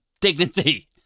dignity